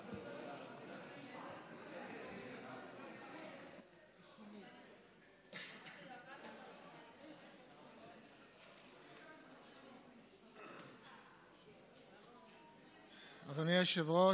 אדוני היושב-ראש,